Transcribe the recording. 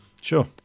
Sure